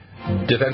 defense